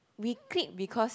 we click because